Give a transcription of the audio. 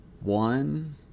one